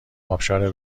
ابشار